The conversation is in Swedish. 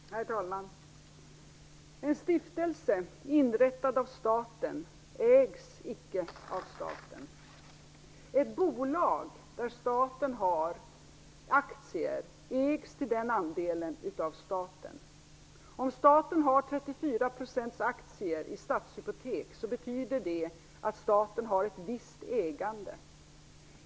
Herr talman! En stiftelse inrättad av staten ägs icke av staten. Ett bolag där staten har aktier ägs till den andelen av staten. Om staten har 34 % aktier i Stadshypotek betyder det att staten har ett visst ägande.